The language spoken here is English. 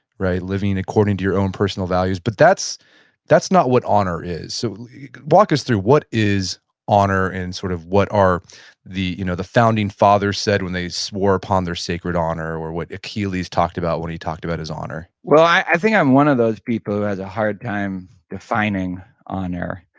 living according to your own personal values, but that's that's not what honor is. so walk us through, what is honor and sort of what are the you know the founding fathers said when they swore upon their sacred honor, or what achilles talked about when he talked about his honor well i think i'm one of those people who has a hard time defining honor,